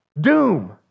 doom